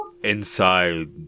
Inside